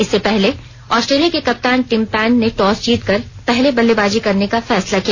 इससे पहले आस्ट्रेलिया के कप्तान टिम पैन के टॉस जीतकर पहले बल्लेबाजी करने का फैसला किया